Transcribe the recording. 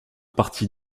parti